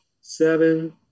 seven